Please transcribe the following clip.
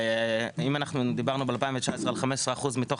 אם אנחנו דיברנו ב-2019 על 15% מתוך